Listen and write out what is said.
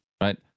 right